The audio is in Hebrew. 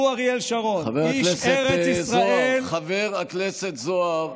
הוא, אריאל שרון, איש ארץ ישראל, חבר הכנסת זוהר,